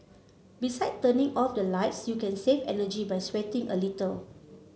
beside turning off the lights you can save energy by sweating a little